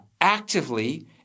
actively